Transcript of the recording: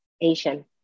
Asian